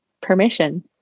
permission